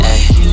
Ayy